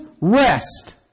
rest